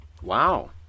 Wow